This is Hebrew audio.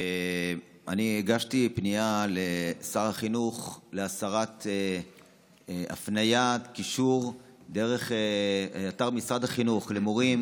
אני הגשתי פנייה לשר החינוך להסרת קישור דרך אתר משרד החינוך למורים